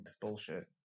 bullshit